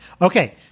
Okay